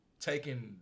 taking